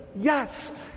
Yes